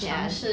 ya